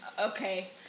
Okay